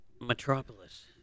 metropolis